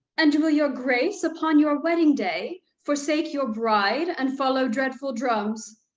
and will your grace upon your wedding day forsake your bride and follow dreadful drums?